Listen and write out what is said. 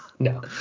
No